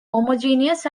homogeneous